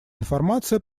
информации